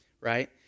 right